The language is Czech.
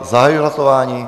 Zahajuji hlasování.